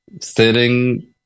sitting